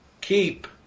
keep